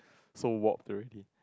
so warped